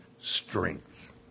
strength